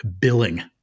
billing